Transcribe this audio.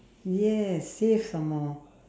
yes safe some more